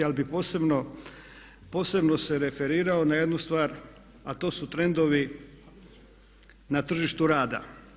Ali bih posebno se referirao na jednu stvar a to su trendovi na tržištu rada.